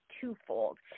twofold